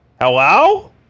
Hello